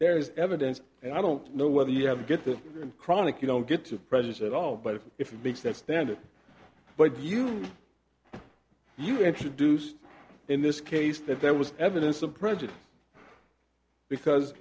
there is evidence and i don't know whether you have to get the chronic you don't get to present at all but if you make that standard but you you introduce in this case that there was evidence of prejudice because